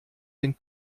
den